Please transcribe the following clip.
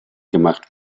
gemacht